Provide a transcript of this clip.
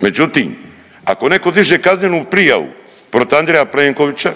Međutim, ako neko diže kaznenu prijavu protiv Andreja Plenkovića